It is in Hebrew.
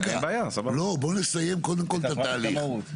בוא נסיים קודם את התהליך,